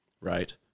right